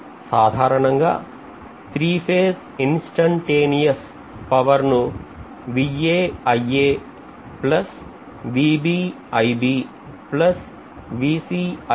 సాధారణంగా 3 phase INSTANTANEOUS power ను ద్వారా తెలుసుకోవచ్చు